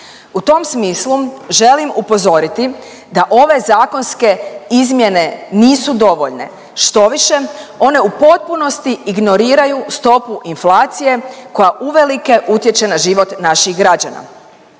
U tom smislu želim upozoriti da ove zakonske izmjene nisu dovoljne, štoviše one u potpunosti ignoriraju stopu inflacije koja uvelike utječe na život naših građana.